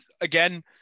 again